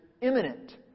imminent